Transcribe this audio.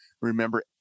remember